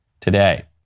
today